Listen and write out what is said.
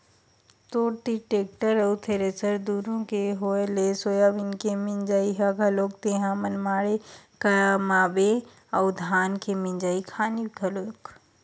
तोर तीर टेक्टर अउ थेरेसर दुनो के होय ले सोयाबीन के मिंजई म घलोक तेंहा मनमाड़े कमाबे अउ धान के मिंजई खानी घलोक